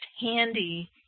handy